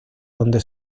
donde